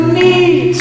need